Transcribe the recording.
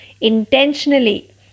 intentionally